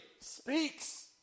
speaks